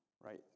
right